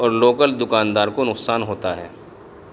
اور لوکل دکاندار کو نقصان ہوتا ہے